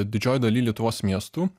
didžiojoj daly lietuvos miestų